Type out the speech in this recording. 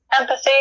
empathy